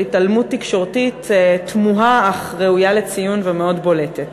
של התעלמות תקשורתית תמוהה אך ראויה לציון ומאוד בולטת.